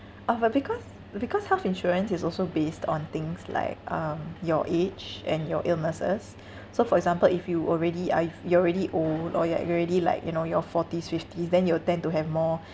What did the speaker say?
of uh because because health insurance is also based on things like um your age and your illnesses so for example if you already I've you're already old or like you're already like you know your forties fifties then you will tend to have more